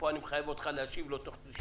פה אני מחייב אותך להשיב לו תוך 90 יום,